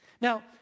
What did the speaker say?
Now